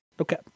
Okay